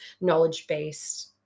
knowledge-based